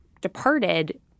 departed